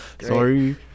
Sorry